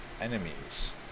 enemies